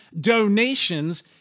donations